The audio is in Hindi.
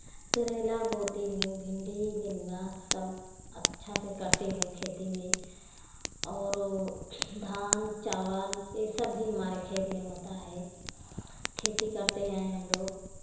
करेला बोती हूँ भिंडी नेनुआ सब अच्छा से करती हूँ खेती में और धान चावल ये सब भी हमारे खेत में होता है खेती करते हैं हम लोग